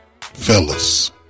Fellas